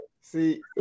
See